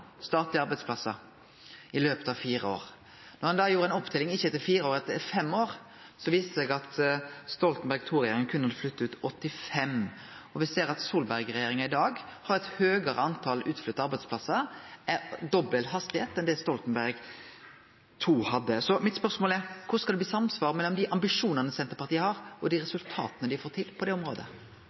statlege arbeidsplassar i løpet av fire år. Da ein gjorde ei oppteljing, ikkje etter fire år, men etter fem år, viste det seg at Stoltenberg II-regjeringa berre hadde flytta ut 85, og me ser at Solberg-regjeringa i dag har eit høgare tal utflytta arbeidsplassar – med dobbel hastigheit – enn kva Stoltenberg II-regjeringa hadde. Så mitt spørsmål er: Korleis skal det bli samsvar mellom dei ambisjonane Senterpartiet har, og dei resultata dei får til på det området?